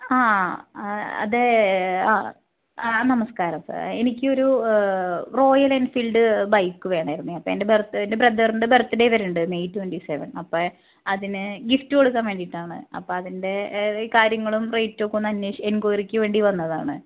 ആ അതേ ആ ആ നമസ്കാരം സാർ എനിക്കൊരു റോയൽ എൻഫീൽഡ് ബൈക്ക് വേണമായിരുന്നു അപ്പൻ്റെ ബെർത്ത് എൻ്റെ ബ്രെദറിൻ്റെ ബെർത്ത് ഡേ വരുന്നുണ്ട് മെയ് ട്വൻടി സെവൻ അപ്പോൾ അതിന് ഗിഫ്റ്റ് കൊടുക്കാൻ വേണ്ടീട്ടാണ് അപ്പം അതിൻ്റെ കാര്യങ്ങളും റേയ്റ്റുവൊക്കെ ഒന്നന്വേഷിക്കാൻ എൻക്വയറിക്ക് വേണ്ടി വന്നതാണ്